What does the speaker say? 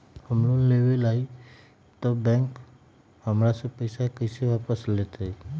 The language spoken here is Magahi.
हम लोन लेलेबाई तब बैंक हमरा से पैसा कइसे वापिस लेतई?